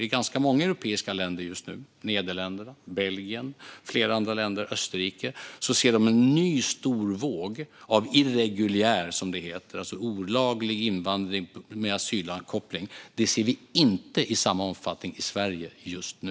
I ganska många europeiska länder - Nederländerna, Belgien, Österrike och flera andra länder - ser man just nu en ny stor våg av irreguljär, alltså olaglig, invandring med asylkoppling. Det ser vi inte i samma omfattning i Sverige just nu.